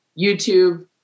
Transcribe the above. YouTube